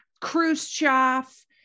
Khrushchev